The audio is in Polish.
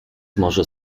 może